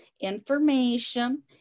information